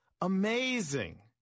Amazing